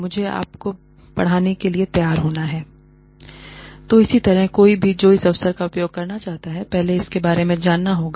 और मुझे आपको पढ़ाने के लिए तैयार होना है l तो इसी तरह कोई भी जो इस अवसर का उपयोग करना चाहता है पहले इसके बारे में जानना होगा